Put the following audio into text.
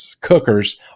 cookers